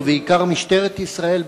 ובעיקר משטרת ישראל,